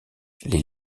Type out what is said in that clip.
les